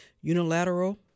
unilateral